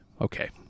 okay